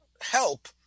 help